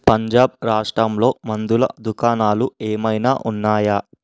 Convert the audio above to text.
పంజాబ్ రాష్ట్రంలో మందుల దుకాణాలు ఏమైనా ఉన్నాయా